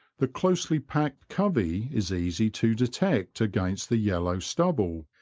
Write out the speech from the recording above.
the closely-packed covey is easy to detect against the yellow stubble,